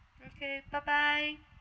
okay bye bye